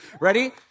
Ready